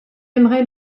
aimerait